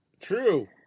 True